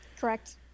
Correct